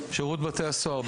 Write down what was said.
שירות בתי הסוהר,